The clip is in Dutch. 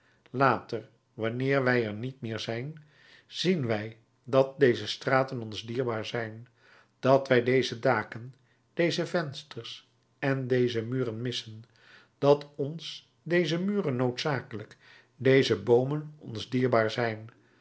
later wanneer wij er niet meer zijn zien wij dat deze straten ons dierbaar zijn dat wij deze daken deze vensters en deze muren missen dat ons deze muren noodzakelijk deze boomen ons dierbaar zijn